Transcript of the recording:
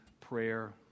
prayer